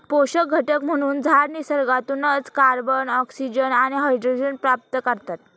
पोषक घटक म्हणून झाडं निसर्गातूनच कार्बन, ऑक्सिजन आणि हायड्रोजन प्राप्त करतात